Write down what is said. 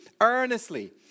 earnestly